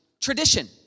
tradition